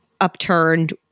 upturned